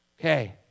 Okay